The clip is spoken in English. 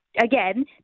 Again